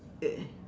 uh